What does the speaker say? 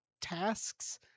tasks